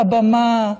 על הבמה,